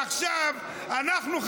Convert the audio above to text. עכשיו אנחנו,